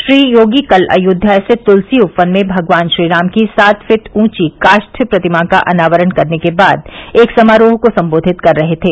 श्री योगी कल अयोध्या स्थित तुलसी उपवन में भगवान श्रीराम की सात फीट ऊँची काष्ठ प्रतिमा का अनावरण करने के बाद एक समारोह को संबोधित कर रहे थे